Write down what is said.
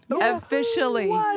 officially